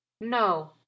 No